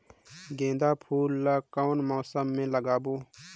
गेंदा फूल ल कौन मौसम मे लगाबो?